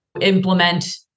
implement